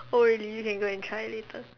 oh really you can go and try later